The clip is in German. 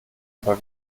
aber